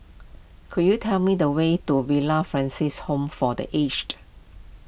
could you tell me the way to Villa Francis Home for the Aged